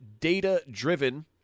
data-driven